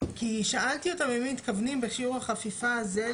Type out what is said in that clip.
כי שאלתי אותם אם הם מתכוונים בשיעור החפיפה הזה,